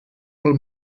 pel